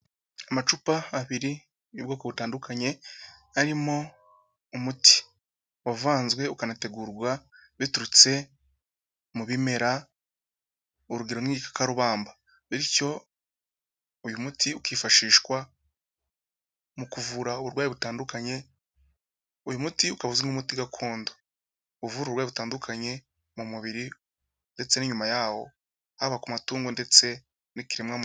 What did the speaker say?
Amacupa abiri y'ubwoko butandukanye, arimo umuti; wavanzwe ukanategurwa biturutse mu bimera, urugero nk'igikakarubamba. Bityo uyu muti ukifashishwa mu kuvura uburwayi butandukanye, uyu muti ukaba uzwi nk'umuti gakondo. Uvura uburwayi butandukanye mu mubiri ndetse n'inyuma yawo, haba ku matungo ndetse n'ikiremwa muntu.